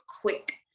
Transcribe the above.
quick